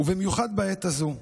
ובמיוחד בעת הזו,